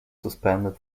suspended